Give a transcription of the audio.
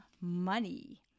money